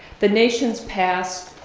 the nation's past,